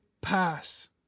pass